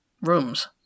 rooms